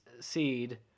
seed